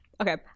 Okay